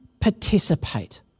participate